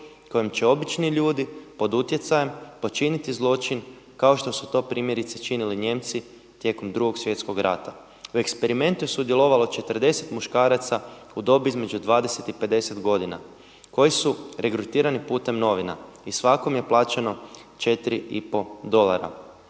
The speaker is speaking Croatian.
kojom će obični ljudi pod utjecajem počiniti zločin kao što su to primjerice činili Nijemci tijekom Drugog svjetskog rata. U eksperimentu je sudjelovalo 40 muškaraca u dobi između 20 i 50 godina koji su regrutirani putem novina i svakom je plaćeno 4 i pol dolara.